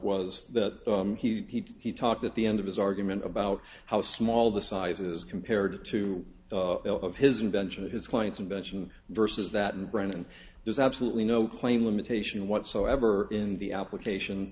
was that he he talked at the end of his argument about how small the size is compared to two of his invention of his clients invention versus that in brain and there's absolutely no claim limitation whatsoever in the application